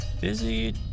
Busy